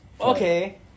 Okay